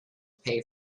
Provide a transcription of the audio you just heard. pay